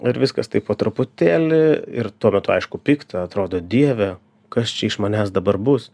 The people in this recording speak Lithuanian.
ir viskas taip po truputėlį ir tuo metu aišku pikta atrodo dieve kas čia iš manęs dabar bus